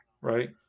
right